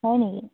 হয় নেকি